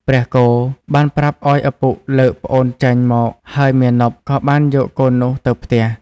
ព្រះគោបានប្រាប់ឲ្យឪពុកលើកប្អូនចេញមក ហើយមាណពក៏បានយកកូននោះទៅផ្ទះ។